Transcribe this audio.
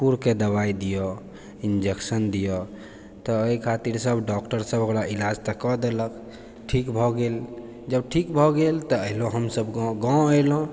कुकुरके दवाइ दिअ इंजेक्शन दिअ तऽ एहि खातिर सब डॉक्टर सब ओकरा इलाज तऽ कए देलक ठीक भए गेल जब ठीक भए गेल तऽ एलहुँ हमसब गाँव गाँव एलहुँ